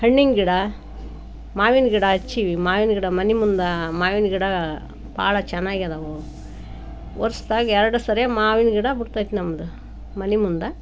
ಹಣ್ಣಿನ ಗಿಡ ಮಾವಿನ ಗಿಡ ಹಚ್ಚೀವಿ ಮಾವಿನ ಗಿಡ ಮನೆ ಮುಂದೆ ಮಾವಿನ ಗಿಡ ಭಾಳ ಚೆನ್ನಾಗಿದಾವು ವರ್ಷದಾಗ ಎರಡು ಸರಿ ಮಾವಿನ ಗಿಡ ಬಿಡ್ತದೆ ನಮ್ಮದು ಮನೆ ಮುಂದೆ